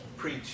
preach